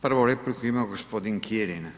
Prvu repliku ima gospodin Kirin.